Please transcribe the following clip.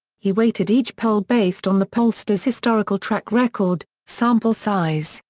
he weighted each poll based on the pollster's historical track record, sample size,